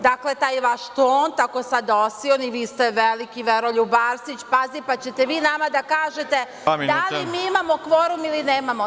Dakle, taj vaš ton, tako sada osilni, vi ste veliki Veroljub Arsić, pa ćete vi da nam kažete da li imamo kvorum ili nemamo.